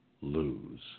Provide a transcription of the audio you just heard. lose